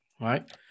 right